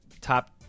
top